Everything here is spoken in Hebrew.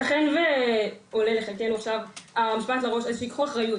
יתכן ועולה לחלקנו עכשיו המשפט לראש: אז שייקחו אחריות.